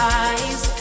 eyes